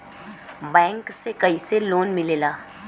Bank से कइसे loan मिलेला?